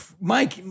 Mike